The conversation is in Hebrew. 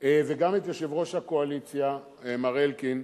וגם את יושב-ראש הקואליציה, מר אלקין,